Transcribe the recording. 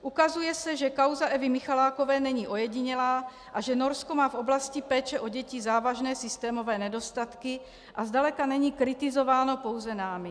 Ukazuje se, že kauza Evy Michalákové není ojedinělá a že Norsko má v oblasti péče o děti závažné systémové nedostatky a zdaleka není kritizováno pouze námi.